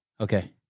Okay